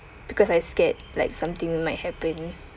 because I scared like something might happen